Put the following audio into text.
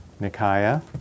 Nikaya